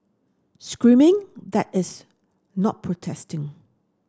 screaming that is not protesting